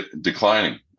declining